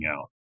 out